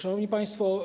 Szanowni Państwo!